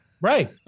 Right